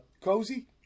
Cozy